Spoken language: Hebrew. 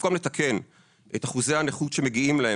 במקום לתקן את אחוזי הנכות שמגיעים להם